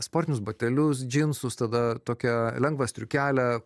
sportinius batelius džinsus tada tokią lengvą striukelę